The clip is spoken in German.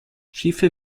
schiffe